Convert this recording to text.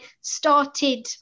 started